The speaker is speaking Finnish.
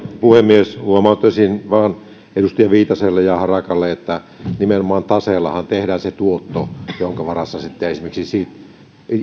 puhemies huomauttaisin vain edustaja viitaselle ja edustaja harakalle että nimenomaan taseellahan tehdään se tuotto jonka varassa sitten esimerkiksi